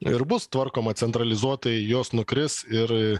ir bus tvarkoma centralizuotai jos nukris ir